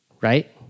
Right